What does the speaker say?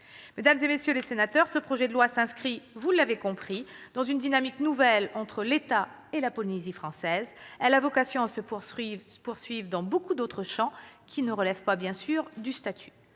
Mesdames, messieurs les sénateurs, ce projet de loi s'inscrit, vous l'avez compris, dans une dynamique nouvelle entre l'État et la Polynésie française, dynamique ayant vocation à se poursuivre dans beaucoup d'autres champs qui ne relèvent pas du statut.